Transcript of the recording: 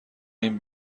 این